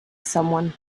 someone